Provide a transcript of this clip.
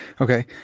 Okay